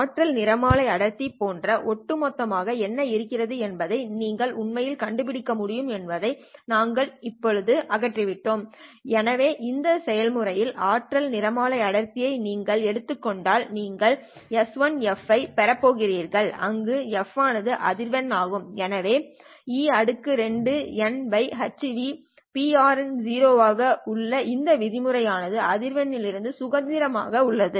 ஆற்றல் நிறமாலை அடர்த்தி போன்ற ஒட்டுமொத்தமாக என்ன இருக்கும் என்பதை நீங்கள் உண்மையில் கண்டுபிடிக்க முடியும் என்பதை நாங்கள் இப்போது அகற்றிவிட்டோம் எனவே இந்த செயல்முறையின் ஆற்றல் நிறமாலை அடர்த்தியை நீங்கள் எடுத்துக் கொண்டால் நீங்கள் SI ஐப் பெறப் போகிறீர்கள் அங்கு f ஆனது அதிர்வெண் ஆகும் எனவே e2ηhνPRN ஆக உள்ள இந்த விதிமுறை ஆனது அதிர்வெண் இருந்து சுதந்திரமான ஆக உள்ளது